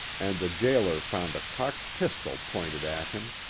and the jailer found a cocked pistol pointed at him.